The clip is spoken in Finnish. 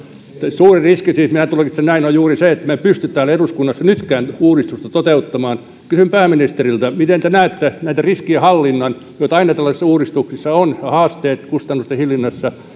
suuri riski siis minä tulkitsen näin on juuri se että me emme pysty täällä eduskunnassa nytkään uudistusta toteuttamaan kysyn pääministeriltä miten te näette näiden riskien hallinnan joita aina tällaisissa uudistuksissa on ja haasteet kustannusten hillinnässä